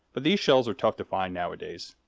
but these shells are tough to find nowadays.